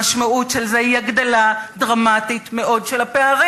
המשמעות של זה היא הגדלה דרמטית מאוד של הפערים,